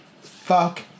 fuck